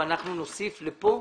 אנחנו נוסיף לכאן,